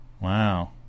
wow